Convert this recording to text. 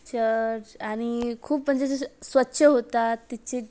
church आणि खूप म्हणजे जसं स्वच्छ होतं तिथचे